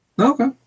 Okay